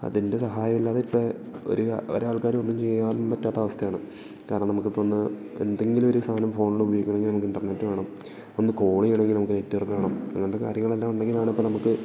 അതിൻ്റെ സഹായമില്ലാതെ ഇപ്പോൾ ഒരു ഒരാൾക്കാരും ഒന്നും ചെയ്യാനും പറ്റാത്ത അവസ്ഥയാണ് കാരണം നമുക്കിപ്പോഴൊന്ന് എന്തെങ്കിലും ഒരു സാധനം ഫോണിൽ ഉപയോഗിക്കണമെങ്കിൽ നമുക്ക് ഇൻ്റർനെറ്റ് വേണം ഒന്ന് കോൾ ചെയ്യണമെങ്കിൽ നമുക്ക് നെറ്റ്വർക്ക് വേണം അങ്ങനത്തെ കാര്യങ്ങളെല്ലാം ഉണ്ടെങ്കിലാണ് ഇപ്പോൾ നമുക്ക്